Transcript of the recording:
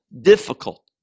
difficult